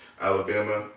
alabama